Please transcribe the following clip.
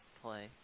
play